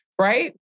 right